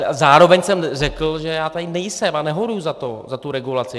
A zároveň jsem řekl, že já tady nejsem a nehoruji za tu regulaci.